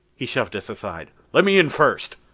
he shoved us aside. let me in first.